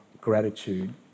gratitude